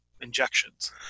injections